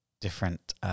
different